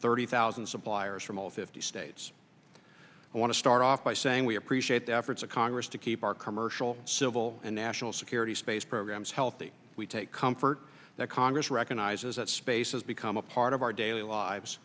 thirty thousand suppliers from all fifty states i want to start off by saying we appreciate the efforts of congress to keep our commercial civil and national security space programs healthy we take comfort that congress recognizes that space has become a part of our daily lives